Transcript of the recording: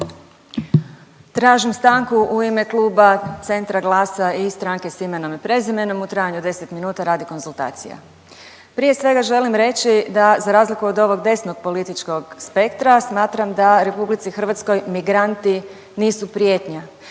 Tražim stanku u ime Kluba Centra, GLAS-a i Stranke s imenom i prezimenom u trajanju od 10 minuta radi konzultacija. Prije svega želim reći da za razliku od ovog desnog političkog spektra smatram da RH migranti nisu prijetnja